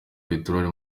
peteroli